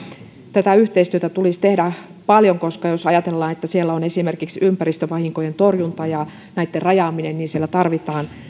tätä yhteistyötä maakuntatasolla tulisi tehdä paljon koska jos ajatellaan että siellä on esimerkiksi ympäristövahinkojen torjunta ja näitten rajaaminen niin tarvitaan